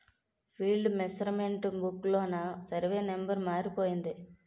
field measurement book లోన survey number మారిపోయింది